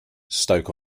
stoke